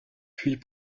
puis